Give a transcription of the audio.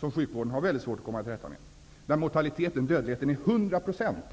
som sjukvården har väldigt svårt att komma till rätta med, och i det sammanhanget är siffran för mortaliteten, dödligheten, 100 %.